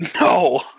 No